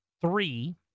three